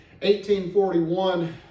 1841